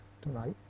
tonight